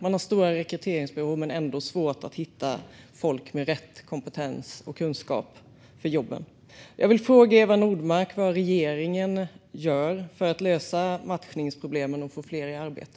Man har stora rekryteringsbehov men ändå svårt att hitta folk med rätt kompetens och kunskap för jobben. Jag vill fråga Eva Nordmark vad regeringen gör för att lösa matchningsproblemen och få fler i arbete.